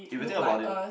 if you think about it